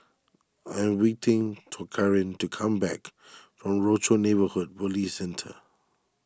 I am waiting to Karin to come back from Rochor Neighborhood Police Centre